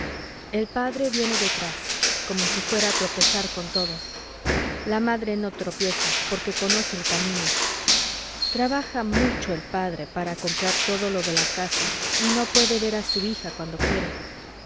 el padre viene detrás como si fuera a tropezar con todo la madre no tropieza porque conoce el camino trabaja mucho el padre para comprar todo lo de la casa y no puede ver a su hija cuando quiere